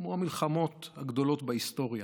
כמו המלחמות הגדולות בהיסטוריה.